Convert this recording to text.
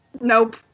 nope